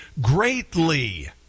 greatly